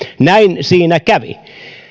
näin siinä kävi